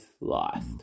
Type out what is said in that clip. lost